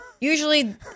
Usually